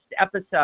episode